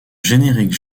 générique